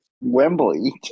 Wembley